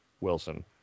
Wilson